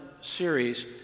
series